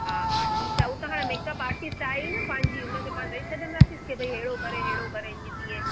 हा हा ठीकु आहे हो त मेकअप आर्टिस्ट आहे न पंहिंजी उन खे पाण ॾेई सघंदासीं भाई अहिंड़ो करे अहिड़ो करे ईअं तीअं